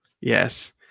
Yes